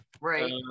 Right